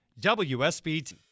WSBT